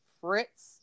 fritz